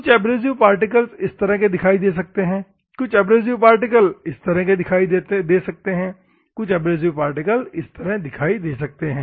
कुछ abrasive particles इस तरह के दिखाई दे सकते हैं कुछ एब्रेसिव पार्टिकल्स इस तरह दिखाई दे सकते हैं कुछ एब्रेसिव पार्टिकल्स इस तरह दिखाई दे सकते हैं